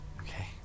Okay